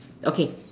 okay